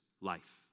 life